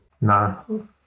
No